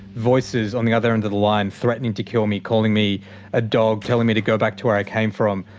voices on the other end of the line, threatening to kill me, calling me a dog, telling me to go back to where i came from.